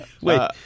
Wait